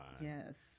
Yes